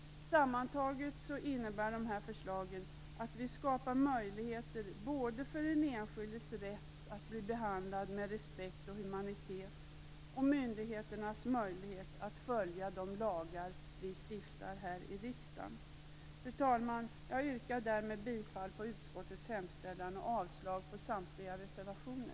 Sammantaget innebär dessa förslag att vi skapar möjligheter både för den enskildes rätt att bli behandlad med respekt och humanitet och för myndigheterna att följa de lagar som vi stiftar här i riksdagen. Fru talman! Jag yrkar därmed bifall till utskottets hemställan och avslag på samtliga reservationer.